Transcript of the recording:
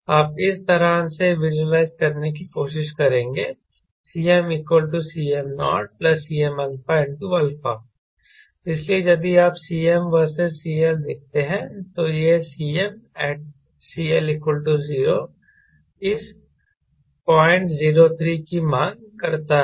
आप इस तरह से विज़ुअलाइज करने की कोशिश करेंगे CmCm0Cmα इसलिए यदि आप Cm वर्सेस CL देखते हैं तो यह CmatCL0 003 की मांग करता है